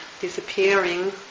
disappearing